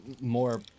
more